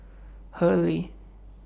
Hurley